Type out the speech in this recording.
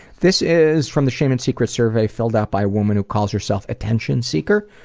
this is from the shame and secrets survey filled out by a woman who calls herself attention seeker.